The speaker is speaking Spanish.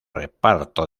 reparto